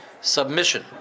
Submission